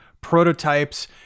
prototypes